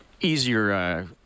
easier